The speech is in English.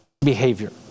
behavior